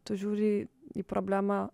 tu žiūri į į problemą